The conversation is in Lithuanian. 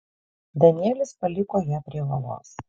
danielis paliko ją prie uolos